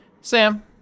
sam